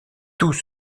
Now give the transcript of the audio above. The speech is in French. tout